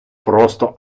просто